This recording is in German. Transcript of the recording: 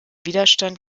widerstand